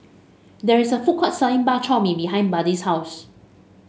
there is a food court selling Bak Chor Mee behind Buddy's house